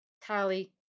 Tally